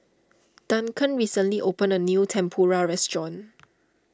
Duncan recently opened a new Tempura restaurant